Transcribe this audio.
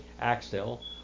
Axel